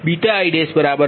56 i 5